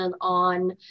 on